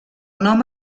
nom